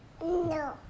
No